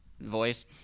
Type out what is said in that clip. voice